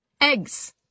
Eggs